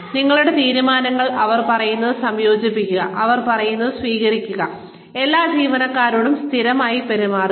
നിങ്ങളുടെ തീരുമാനങ്ങളിൽ അവർ പറയുന്നത് സംയോജിപ്പിക്കുക അവർ പറയുന്നത് സ്വീകരിക്കുക എല്ലാ ജീവനക്കാരോടും സ്ഥിരമായി പെരുമാറുക